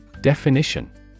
Definition